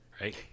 right